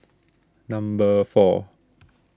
number four